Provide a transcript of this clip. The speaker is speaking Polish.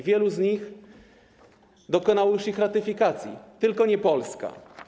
Wiele z nich dokonało już ich ratyfikacji, tylko nie Polska.